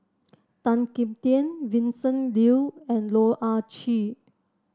Tan Kim Tian Vincent Leow and Loh Ah Chee